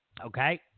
Okay